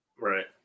right